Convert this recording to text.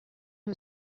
who